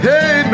Hey